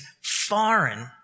foreign